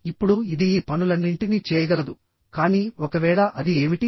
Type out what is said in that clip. ఇప్పుడుఇది ఈ పనులన్నింటినీ చేయగలదు కానీ ఒకవేళ అది ఏమిటి